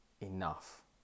enough